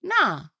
Nah